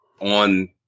on